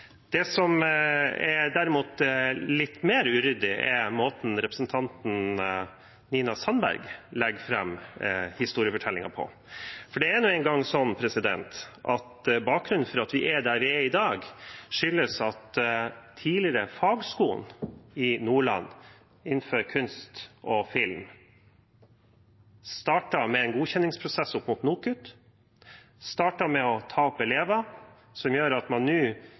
Det som derimot er litt mer uryddig, er måten representanten Nina Sandberg legger fram historiefortellingen på. For det er nå en gang sånn at bakgrunnen for at vi er der vi er i dag, er at den tidligere fagskolen i Nordland innenfor kunst og film startet med en godkjenningsprosess opp mot NOKUT, startet med å ta opp elever, noe som gjør at man nå